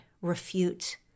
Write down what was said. refute